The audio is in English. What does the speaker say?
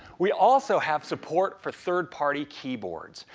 we also have support for third party keyboards.